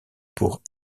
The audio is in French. pour